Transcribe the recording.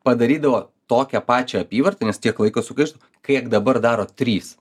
padarydavo tokią pačią apyvartą nes tiek laiko sugaišdavo kiek dabar daro trys